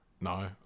No